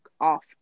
off